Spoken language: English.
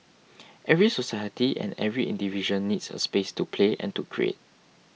every society and every individual needs a space to play and to create